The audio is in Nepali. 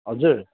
हजुर